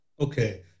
Okay